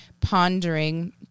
pondering